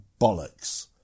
bollocks